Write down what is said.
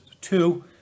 two